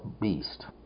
beast